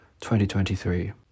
2023